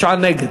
ו-39 נגד.